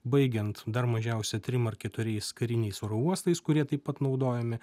baigiant dar mažiausia trim ar keturiais kariniais oro uostais kurie taip pat naudojami